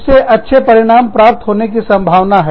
इससे अच्छे परिणाम प्राप्त करने की संभावना है